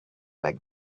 like